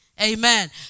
Amen